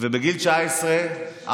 ובגיל 19,